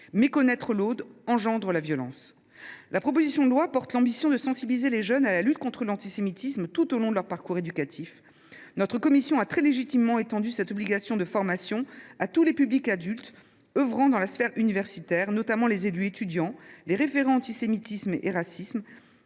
Méconnaître l’autre engendre la violence. L’ambition de cette proposition de loi est de sensibiliser les jeunes à la lutte contre l’antisémitisme tout au long de leur parcours éducatif. Notre commission a très légitimement étendu cette obligation de formation à tous les publics adultes œuvrant dans la sphère universitaire, notamment les élus étudiants, les référents « racisme